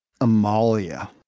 Amalia